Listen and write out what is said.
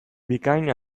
bikain